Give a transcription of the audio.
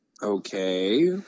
Okay